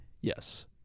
Yes